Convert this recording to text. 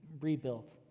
rebuilt